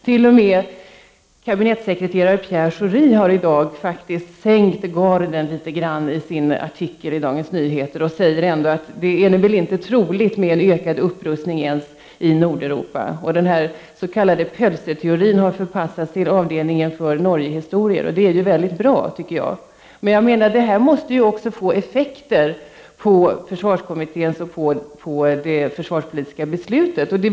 T.o.m. kabinettsekreterare Pierre Schori har i dag faktiskt sänkt garden litet i sin artikel i Dagens Nyheter. Han säger att det inte är troligt med en ökad upprustning ens i Nordeuropa. pölseteorin har förpassats till avdelningen för Norgehistorier, och det är bra. Men detta måste också få effekter på försvarskommitténs arbete och på det försvarspolitiska beslutet.